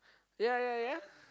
ya ya ya